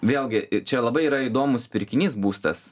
vėlgi čia labai yra įdomus pirkinys būstas